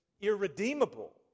irredeemable